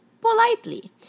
politely